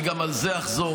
אני גם על זה אחזור,